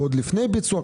ועוד לפני ביצוע,